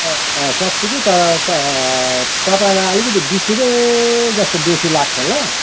अँ अँ सक्छु कि तर तपाईँलाई अलिकति बिस रुपियाँ जस्तो बेसी लाग्छ ल